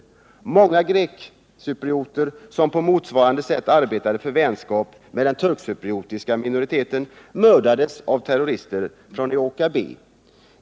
Och många grekcyprioter, som på motsvarande sätt arbetade för vänskap med turkcypriotiska minoriteten, mördades av terrorister från Eoka-B.